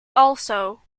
also